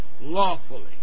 lawfully